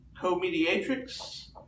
co-mediatrix